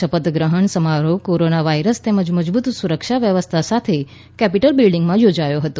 શપથગ્રહણ સમારોહ corona virus તેમજ મજબૂત સુરક્ષા વ્યવસ્થા સાથે કેપિટલ બિલ્ડીંગમાં યોજાયો હતો